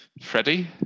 Freddie